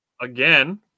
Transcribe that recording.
Again